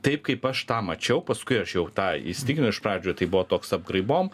taip kaip aš tą mačiau paskui aš jau tą įsitikinau iš pradžių tai buvo toks apgraibom